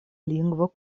lingvo